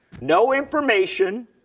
no information.